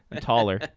Taller